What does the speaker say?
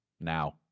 now